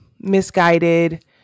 misguided